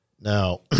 Now